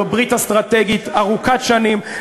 זו ברית אסטרטגית ארוכת שנים,